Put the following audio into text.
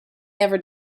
never